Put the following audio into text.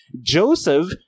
Joseph